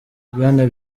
bwana